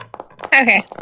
Okay